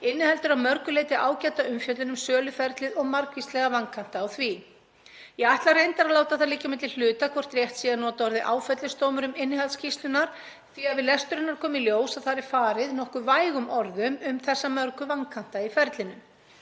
inniheldur að mörgu leyti ágæta umfjöllun um söluferlið og margvíslega vankanta á því. Ég ætla reyndar að láta það liggja á milli hluta hvort rétt sé að nota orðið áfellisdómur um innihald skýrslunnar því að við lestur hennar kom í ljós að þar er farið nokkuð vægum orðum um þessa mörgu vankanta í ferlinu